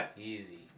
Easy